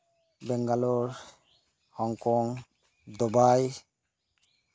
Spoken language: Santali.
Bengaluru Hong Kong Dubai